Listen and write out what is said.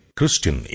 Christian